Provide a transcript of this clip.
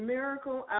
Miracle